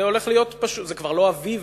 זה כבר לא אביב,